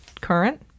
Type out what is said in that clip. current